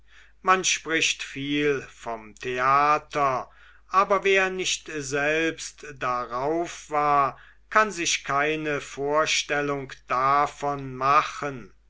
man spricht viel vom theater aber wer nicht selbst darauf war kann sich keine vorstellung davon machen